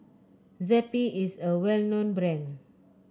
zappy is a well known brand